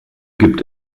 gibt